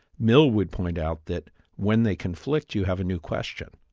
mill would point out that when they conflict you have a new question.